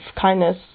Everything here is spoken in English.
kindness